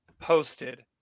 posted